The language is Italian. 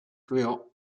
creò